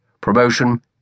Promotion